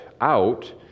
out